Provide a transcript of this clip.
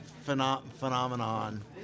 phenomenon